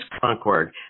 Concord